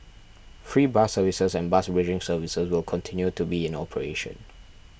free bus services and bus bridging services will continue to be in operation